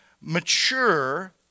mature